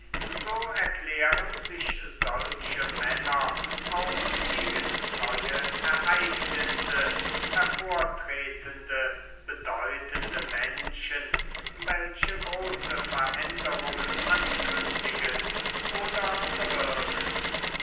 so erklären sich solche männer auch gegen neue ereignisse hervortretende bedeutende menschen welche große veränderungen ankündigen oder bewirken